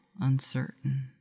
uncertain